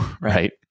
right